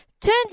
Turns